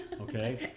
Okay